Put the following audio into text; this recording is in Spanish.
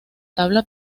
tabla